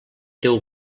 teu